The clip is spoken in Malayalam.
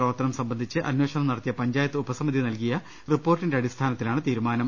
പ്രവർത്തനം സംബന്ധിച്ച് അന്വേഷണം നടത്തിയ പഞ്ചായത്ത് ഉപസമിതി നൽകിയ റിപ്പോർട്ടിന്റെ അടിസ്ഥാനത്തിലാണ് തീരുമാനം